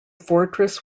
fortress